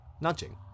nudging